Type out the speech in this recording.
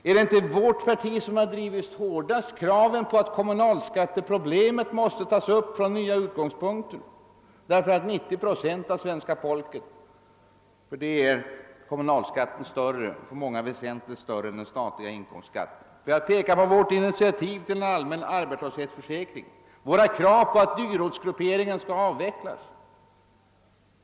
Är det inte vårt parti som hårdast drivit kraven på att kommunalskatteproblemet måste tas upp, därför att för 90 procent av svenska folket är kommunalskatten större, för många väsentligt större, än den statliga inkomstskatten? Får jag peka på vårt initiativ till en arbetslöshetsförsäkring? Våra krav på att dyrortsgrupperingen skall avvecklas?